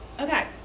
Okay